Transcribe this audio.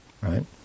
right